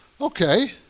Okay